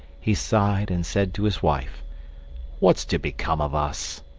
he sighed and said to his wife what's to become of us?